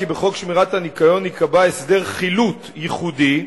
כי בחוק שמירת הניקיון ייקבע הסדר חילוט ייחודי,